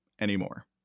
Anymore